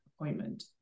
appointment